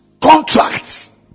contracts